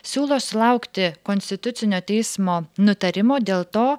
siūlo sulaukti konstitucinio teismo nutarimo dėl to